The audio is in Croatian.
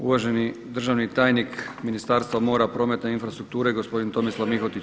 Uvaženi državni tajnik Ministarstva mora, prometa i infrastrukture gospodin Tomislav Mihotić.